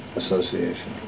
association